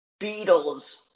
Beatles